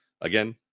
Again